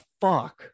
fuck